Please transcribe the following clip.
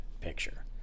picture